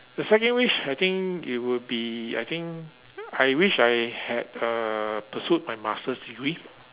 the second wish I think it will be I think I wish I had uh pursued my masters degree